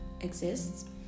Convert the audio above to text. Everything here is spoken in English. exists